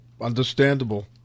understandable